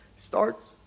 starts